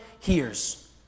Hears